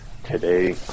Today